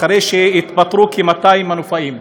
אחרי שהתפטרו כ-200 מנופאים.